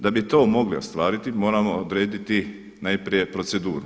Da bi to mogli ostvariti moramo odrediti najprije proceduru.